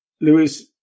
Lewis